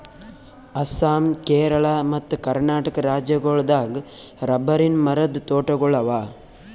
ಅಸ್ಸಾಂ ಕೇರಳ ಮತ್ತ್ ಕರ್ನಾಟಕ್ ರಾಜ್ಯಗೋಳ್ ದಾಗ್ ರಬ್ಬರಿನ್ ಮರದ್ ತೋಟಗೋಳ್ ಅವಾ